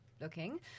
looking